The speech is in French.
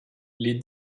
les